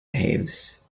behaves